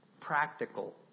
Practical